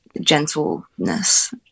gentleness